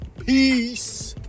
Peace